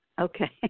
Okay